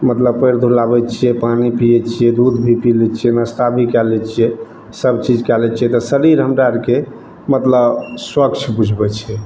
मतलब पएर धुलाबै छियै पानि पियै छियै दुध भी पी लै छियै नाश्ता भी कए लै छियै सब चीज कए लै छियै तऽ शरीर हमरा आरके मतलब स्वच्छ बुझबै छै